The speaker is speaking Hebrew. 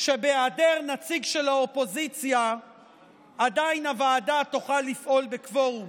שבהיעדר נציג של האופוזיציה עדיין הוועדה תוכל לפעול בקוורום.